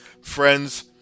Friends